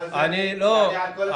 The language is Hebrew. אחרי זה אני אענה על כל השאלות.